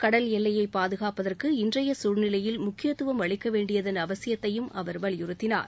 கடல் எல்லையை பாதுகாப்பதற்கு இன்றைய சூழ்நிலையில் முக்கியத்துவம் அளிக்கவேண்டியதன் அவசியத்தையும் அவர் வலியுறுத்தினார்